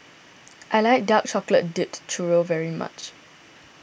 I like Dark Chocolate Dipped Churro very much